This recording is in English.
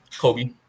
Kobe